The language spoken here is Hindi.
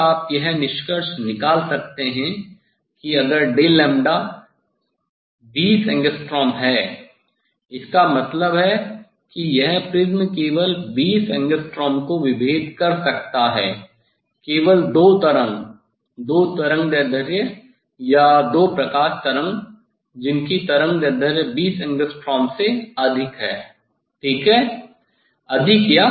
और फिर आप यह निष्कर्ष निकाल सकते हैं कि अगर 20 एंग्स्ट्रॉम है इसका मतलब है कि यह प्रिज्म केवल 20 एंगस्ट्रॉम को विभेद कर सकता है केवल दो तरंग दो तरंगदैर्ध्य या दो प्रकाश तरंग जिनकी तरंगदैर्ध्य 20 एंगस्ट्रॉम से अधिक है ठीक है